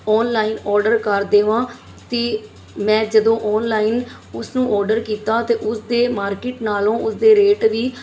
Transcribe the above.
online order ਕਰ ਦੇਵਾਂ ਅਤੇ ਮੈਂ ਜਦੋਂ ਔਨਲਾਈਨ ਉਸ ਨੂੰ ਔਡਰ ਕੀਤਾ ਅਤੇ ਉਸਦੇ ਮਾਰਕੀਟ ਨਾਲੋਂ ਉਸਦੇ ਰੇਟ ਵੀ